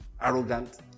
arrogant